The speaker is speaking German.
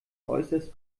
äußerst